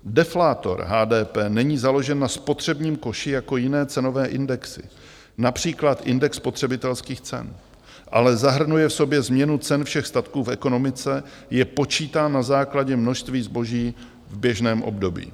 Deflátor HDP není založen na spotřebním koši jako jiné cenové indexy, například index spotřebitelských cen, ale zahrnuje v sobě změnu cen všech statků v ekonomice, Je počítán na základě množství zboží v běžném období.